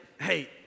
hey